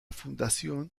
fundación